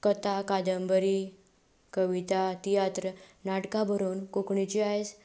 कथा कादंबरी कविता तियात्र नाटकां बरोवन कोंकणीची आयज